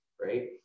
right